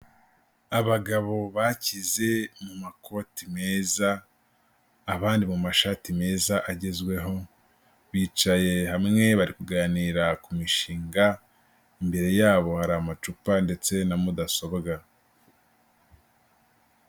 Abagabo bakize mu makoti meza, abandi mu mashati meza agezweho, bicaye hamwe bari bakaganira ku mishinga, imbere yabo hari amacupa ndetse na mudasobwa.